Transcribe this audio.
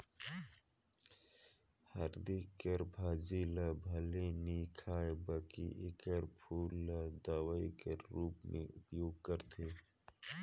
हरदी कर भाजी ल भले नी खांए बकि एकर फूल ल दवई कर रूप में उपयोग करथे